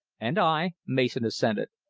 and i, mason assented.